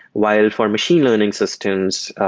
while for machine learning systems,